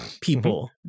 people